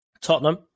Tottenham